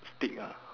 stick ah